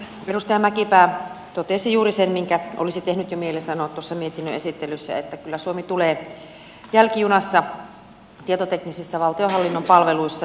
edustaja mäkipää totesi juuri sen minkä olisi tehnyt jo mieli sanoa tuossa mietinnön esittelyssä että kyllä suomi tulee jälkijunassa tietoteknisissä valtionhallinnon palveluissa